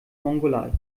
mongolei